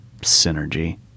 synergy